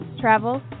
travel